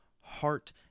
heart